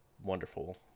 wonderful